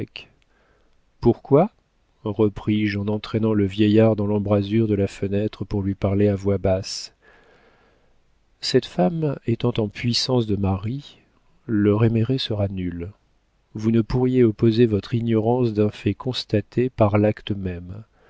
pourquoi repris-je en entraînant le vieillard dans l'embrasure de la fenêtre pour lui parler à voix basse cette femme étant en puissance de mari le réméré sera nul vous ne pourriez opposer votre ignorance d'un fait constaté par l'acte même